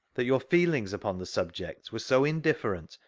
that your feelings upon the subject were so indifferent,